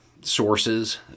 sources